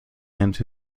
into